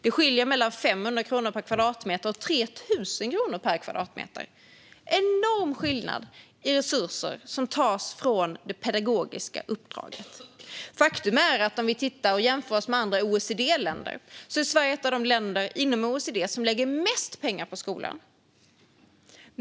Det skiljer mellan 500 kronor per kvadratmeter och 3 000 kronor per kvadratmeter. Det är en enorm skillnad i resurser som tas från det pedagogiska uppdraget. Vi kan jämföra oss med andra OECD-länder. Sverige är ett av de länder inom OECD som lägger mest pengar på skolan.